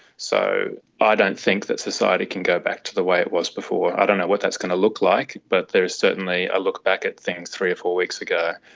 so i ah don't think that society can go back to the way it was before. i don't know what that's going to look like, but there is certainly a look back at things three or four weeks ago,